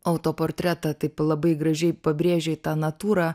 autoportretą tai labai gražiai pabrėžei tą natūrą